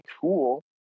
cool